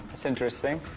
that's interesting.